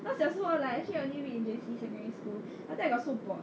not 小时候 hor like actually I only read in J_C secondary school then after that I got so bored